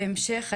בהמשך,